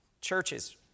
churches